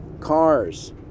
cars